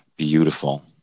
Beautiful